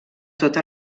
tota